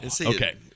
Okay